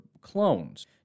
clones